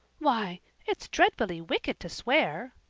why it's dreadfully wicked to swear,